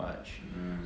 mm